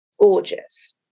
Gorgeous